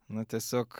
na tiesiog